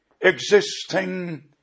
existing